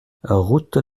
route